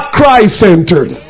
Christ-centered